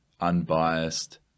unbiased